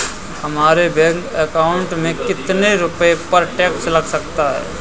हमारे bank account में कितने रुपये पर टैक्स लग सकता है?